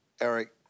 Eric